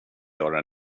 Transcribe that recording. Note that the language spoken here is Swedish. göra